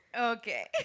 Okay